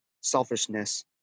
selfishness